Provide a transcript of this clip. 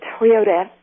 Toyota